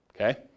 okay